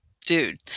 dude